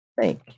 Thank